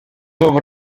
eaux